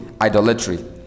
idolatry